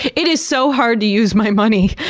it is so hard to use my money!